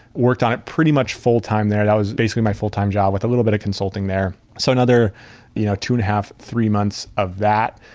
worked on it pretty much full-time there. that was basically my full-time job with a little bit of consulting there. so another you know two and a half, three months of that,